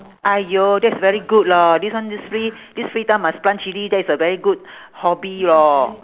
!aiyo! that's very good lor this one this free this free time must plant chilli that is a very good hobby lor